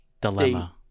dilemma